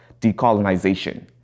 decolonization